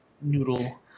noodle